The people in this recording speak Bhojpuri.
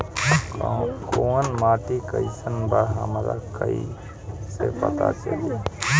कोउन माटी कई सन बा हमरा कई से पता चली?